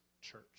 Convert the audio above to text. church